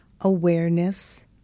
Awareness